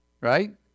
Right